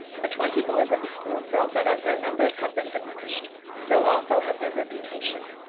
the twenty boys at the school felt that, as their numbers had been diminished, so also had their reputation.